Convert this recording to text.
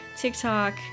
TikTok